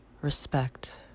respect